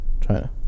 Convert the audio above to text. China